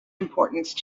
importance